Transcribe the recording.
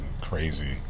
crazy